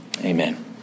Amen